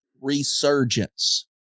resurgence